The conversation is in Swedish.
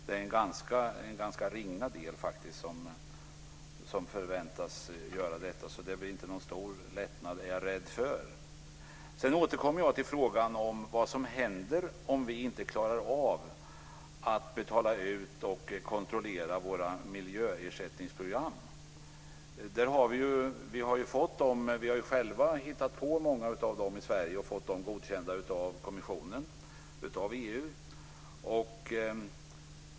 Det är en ringa del som förväntas göra detta. Jag är rädd för att det inte blir någon stor lättnad. Jag återkommer till frågan om vad som händer om vi inte klarar av att betala ut och kontrollera våra miljöersättningsprogram. Vi har själva här i Sverige hittat på flera program och fått dem godkända av kommissionen - av EU.